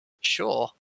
Sure